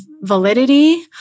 validity